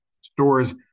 Stores